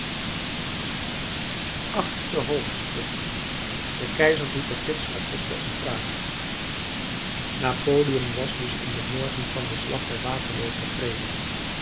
achtste hoofdstuk de keizer doet den gids lacoste een vraag napoleon was dus in den morgen van den slag bij waterloo tevreden